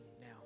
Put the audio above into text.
now